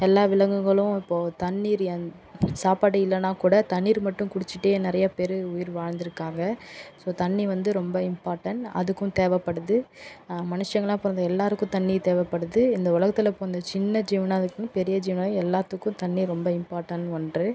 எல்லா விலங்குங்களும் இப்போது தண்ணிர் எந் சாப்பாடு இல்லைனாகூட தண்ணிர் மட்டும் குடிச்சிட்டே நிறைய பேர் உயிர் வாழ்ந்துருக்காங்க ஸோ தண்ணி வந்து ரொம்ப இம்பார்ட்டண்ட் அதுக்கும் தேவைப்படுது மனுஷங்களா பிறந்த எல்லோருக்கும் தண்ணி தேவைப்படுது இந்த உலகத்தில் பிறந்த சின்ன ஜீவனாக இருக்கணும் பெரிய ஜீவனாக எல்லாத்துக்கும் தண்ணி ரொம்ப இம்பார்ட்டண்ட் ஒன்று